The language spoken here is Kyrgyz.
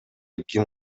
ким